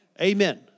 Amen